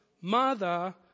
mother